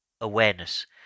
awareness